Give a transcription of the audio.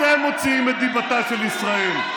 אתם מוציאים את דיבתה של ישראל,